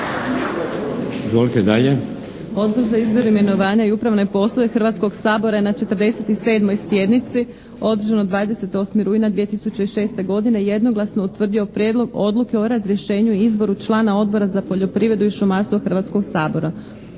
Odbor za izbor, imenovanja i upravne poslove Hrvatskog sabora na 47. sjednici održanoj 28. rujna 2006. godine jednoglasno utvrdio Prijedlog odluke o razrješenju i izboru člana Odbora za poljoprivredu i šumarstvo Hrvatskog sabora.